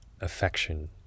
affection